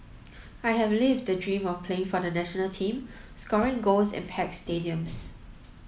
I have lived the dream of playing for the national team scoring goals in packed stadiums